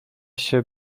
się